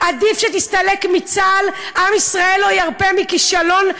עדיף שתסתלק מצה"ל, עם ישראל לא ירפה מכישלון.